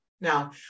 Now